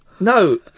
no